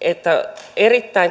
että erittäin